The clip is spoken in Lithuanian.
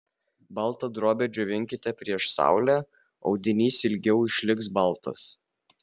baltą drobę džiovinkite prieš saulę audinys ilgiau išliks baltas